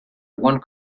one